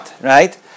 right